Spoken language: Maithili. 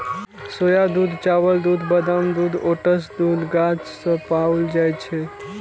सोया दूध, चावल दूध, बादाम दूध, ओट्स दूध गाछ सं पाओल जाए छै